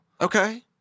Okay